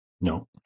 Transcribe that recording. No